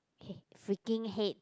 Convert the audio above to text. hate freaking hate